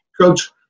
Coach